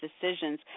decisions